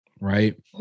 Right